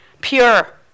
Pure